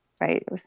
right